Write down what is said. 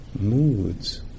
moods